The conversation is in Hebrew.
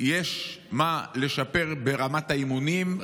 יש מה לשפר ברמת האימונים,